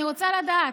אני רוצה לדעת,